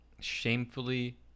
shamefully